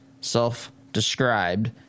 self-described